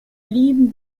blieben